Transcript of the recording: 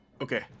Okay